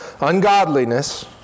ungodliness